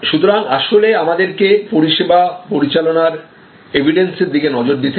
সুতরাং আসলেআমাদেরকে পরিষেবা পরিচালনার এভিডেন্স এর দিকে নজর দিতে হবে